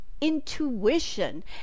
intuition